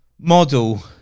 model